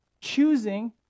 choosing